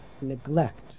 neglect